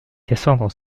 cassandre